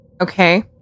okay